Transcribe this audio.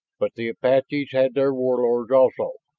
but the apaches had their warlords also,